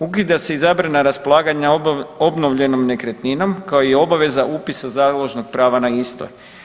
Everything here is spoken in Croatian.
Ukida se i zabrana raspolaganja obnovljenom nekretninom kao i obaveza upisa založnog prava na istoj.